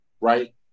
right